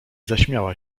zaśmiała